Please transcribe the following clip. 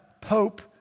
Pope